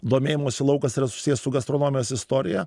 domėjimosi laukas yra susijęs su gastronomijos istorija